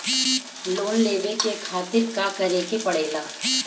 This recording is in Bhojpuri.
लोन लेवे के खातिर का करे के पड़ेला?